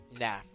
Nah